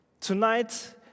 Tonight